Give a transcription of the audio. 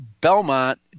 Belmont